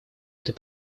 этой